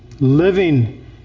Living